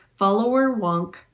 followerwonk